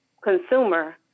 consumer